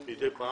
עם מוגבלות (הארכת מועד תחולת חובת הנגישות למוסדות בריאות קיימים),